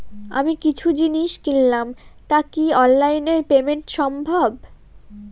আমি কিছু জিনিস কিনলাম টা কি অনলাইন এ পেমেন্ট সম্বভ?